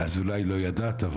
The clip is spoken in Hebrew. אז אולי לא ידעת,